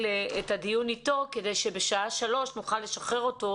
את הדיון איתו כדי שבשעה 15:00 נוכל לשחרר אותו